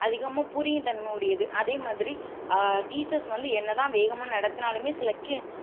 அதிகமாக புரியும் தன்மை உடையது அதே மாதிரி டீச்சர்ஸ் வந்து என்னதான் வேகமாக நடத்துனாலுமே சில ஹிண்